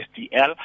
SDL